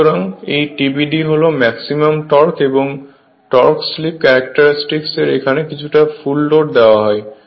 সুতরাং এই TBD হল ম্যাক্সিমাম টর্ক এবং টর্ক স্লিপ ক্যারেক্টারিস্টিক এর এখানে কিছুটা ফুল লোড দেওয়া হল